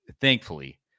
thankfully